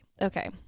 Okay